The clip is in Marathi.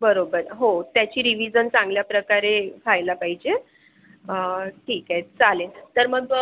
बरोबर हो त्याची रिव्हिजन चांगल्या प्रकारे व्हायला पाहिजे ठीक आहे चालेल तर मग